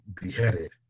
beheaded